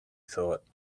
thought